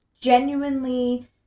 genuinely